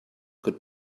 could